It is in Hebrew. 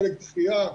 חלק דחייה,